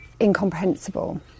incomprehensible